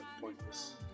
pointless